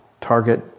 target